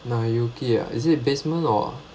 nayuki ah is it basement or